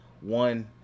one